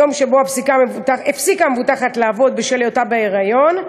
היום שבו הפסיקה המבוטחת לעבוד בשל היותה בהיריון,